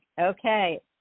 Okay